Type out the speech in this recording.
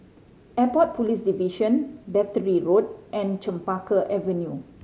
Airport Police Division Battery Road and Chempaka Avenue